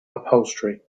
upholstery